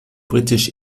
britisch